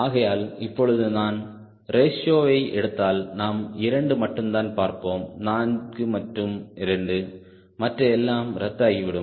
ஆகையால் இப்பொழுது நான் ரேஷியோவை எடுத்தால்நாம் 2 மட்டும்தான் பார்ப்போம் 4 மற்றும் 2 மற்ற எல்லாம் ரத்தாகிவிடும்